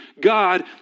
God